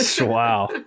Wow